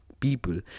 people